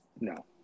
No